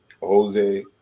Jose